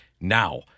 now